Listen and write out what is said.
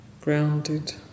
Grounded